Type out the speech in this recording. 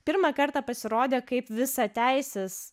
pirmą kartą pasirodė kaip visateisis